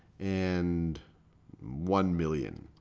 and one million.